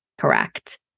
Correct